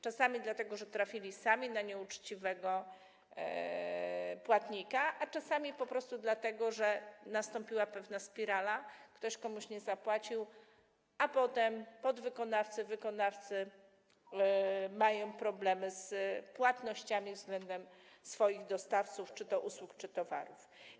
Czasami dlatego, że sami trafili na nieuczciwego płatnika, a czasami po prostu dlatego, że była pewna spirala, ktoś komuś nie zapłacił, a potem podwykonawcy, wykonawcy mają problemy z płatnościami względem swoich dostawców czy to usług, czy towarów.